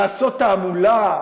לעשות תעמולה,